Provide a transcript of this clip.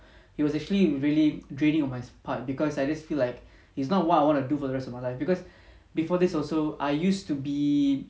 it was actually really draining on my part because I just feel like it's not what I want to do for the rest of my life because before this also I used to be